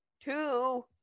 two